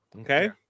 Okay